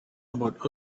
about